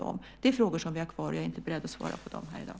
Det är frågor som vi har kvar, och jag är inte beredd att svara på dem här i dag.